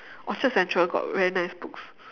orchard central got very nice books